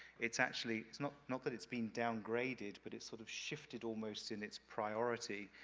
it's actually it's not not that it's been downgraded, but it sort of shifted almost in its priority,